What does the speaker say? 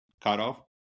cutoff